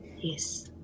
Yes